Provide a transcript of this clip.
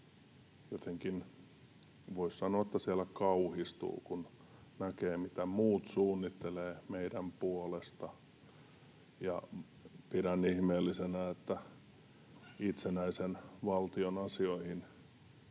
unionista. Voisi sanoa, että siellä kauhistuu, kun näkee, mitä muut suunnittelevat meidän puolestamme, ja pidän ihmeellisenä, että itsenäisen valtion asioihin